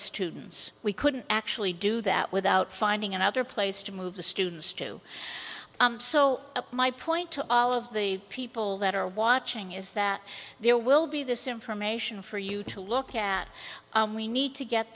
students we couldn't actually do that without finding another place to move the students to so my point to all of the people that are watching is that there will be this information for you to look at we need to get